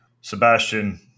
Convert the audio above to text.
Sebastian